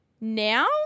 Now